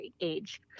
age